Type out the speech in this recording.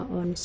on